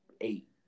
eight